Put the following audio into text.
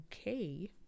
Okay